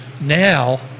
Now